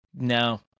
No